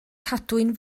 cadwyn